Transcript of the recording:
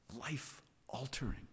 life-altering